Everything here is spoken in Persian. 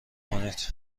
کنید